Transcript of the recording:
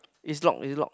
it's locked it's locked